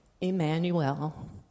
Emmanuel